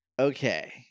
Okay